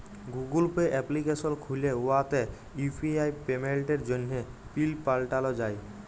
Google Pay application খ্যুলে উয়াতে UPI পেমেল্টের জ্যনহে পিল পাল্টাল যায়